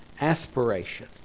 aspiration